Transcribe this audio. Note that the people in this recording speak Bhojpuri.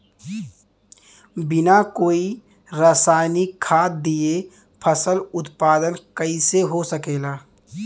बिना कोई रसायनिक खाद दिए फसल उत्पादन कइसे हो सकेला?